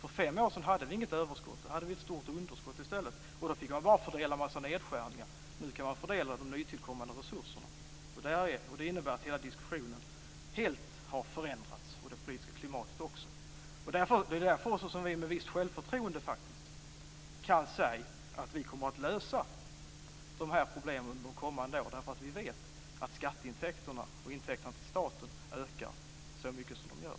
För fem år sedan hade vi inget överskott - då hade vi ett stort underskott i stället. Då fick man bara fördela en massa nedskärningar. Nu kan man fördela de nytillkommande resurserna. Detta innebär att hela diskussionen, och även det politiska klimatet, helt har förändrats. Det är därför som vi faktiskt med visst självförtroende kan säga att vi kommer att lösa de här problemen under de kommande åren - eftersom vi vet att skatteintäkterna och intäkterna till staten ökar så mycket som de gör.